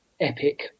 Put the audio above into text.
epic